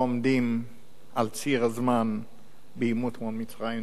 עומדים על ציר הזמן בעימות מול מצרים.